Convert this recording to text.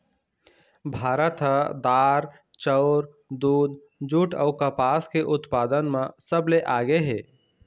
भारत ह दार, चाउर, दूद, जूट अऊ कपास के उत्पादन म सबले आगे हे